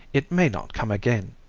it may not come again